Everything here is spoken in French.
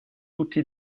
toute